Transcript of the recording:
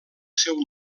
seu